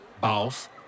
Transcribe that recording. boss